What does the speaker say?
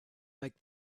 make